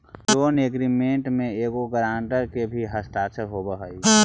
loan agreement में एगो guarantor के भी हस्ताक्षर होवऽ हई